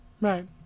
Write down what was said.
Right